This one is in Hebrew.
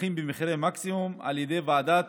מפוקחים במחירי מקסימום על ידי ועדת